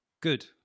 good